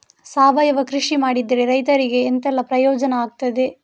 ಸಾವಯವ ಕೃಷಿ ಮಾಡಿದ್ರೆ ರೈತರಿಗೆ ಎಂತೆಲ್ಲ ಪ್ರಯೋಜನ ಆಗ್ತದೆ?